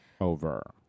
over